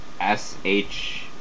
S-H